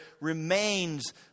remains